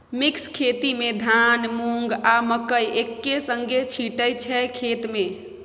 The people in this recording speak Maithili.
मिक्स खेती मे धान, मुँग, आ मकय एक्के संगे छीटय छै खेत मे